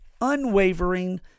Unwavering